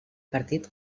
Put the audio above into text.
partit